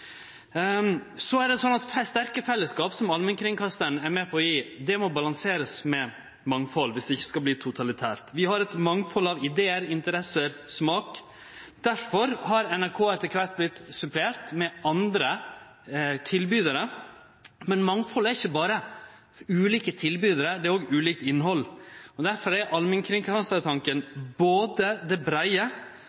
Sterke fellesskap, som allmennkringkastaren er med på å gje, må balanserast med mangfald viss det ikkje skal verte totalitært. Vi har eit mangfald av idear, interesser og smak. Difor har NRK etter kvart vorte supplert med andre tilbydarar. Men mangfald er ikkje berre ulike tilbydarar, det er òg ulikt innhald, og difor er